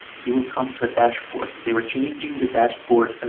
you will come to a dashboard. they were changing the dashboard,